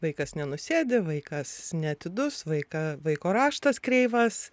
vaikas nenusėdi vaikas neatidus vaiką vaiko raštas kreivas